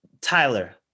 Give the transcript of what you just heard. Tyler